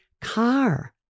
car